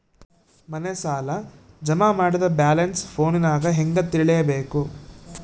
ಮನೆ ಸಾಲ ಜಮಾ ಮಾಡಿದ ಬ್ಯಾಲೆನ್ಸ್ ಫೋನಿನಾಗ ಹೆಂಗ ತಿಳೇಬೇಕು?